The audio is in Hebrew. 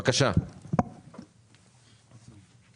הלשכה המשפטית ברשות שוק ההון.